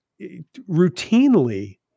routinely